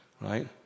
right